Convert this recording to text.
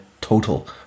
total